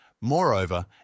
Moreover